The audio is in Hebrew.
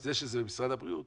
זה שזה במשרד הרווחה